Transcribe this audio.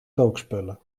kookspullen